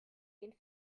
den